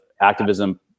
activism